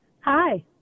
Hi